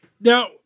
now